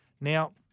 Now